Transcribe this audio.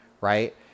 right